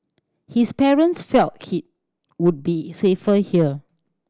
his parents felt he would be safer here